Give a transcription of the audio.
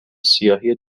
سیاهی